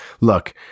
Look